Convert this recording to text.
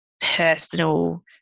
personal